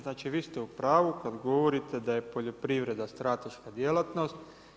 Znači, vi ste u pravu kad govorite da je poljoprivreda strateška djelatnost.